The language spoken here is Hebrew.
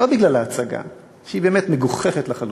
לא בגלל ההצגה, שהיא באמת מגוחכת לחלוטין.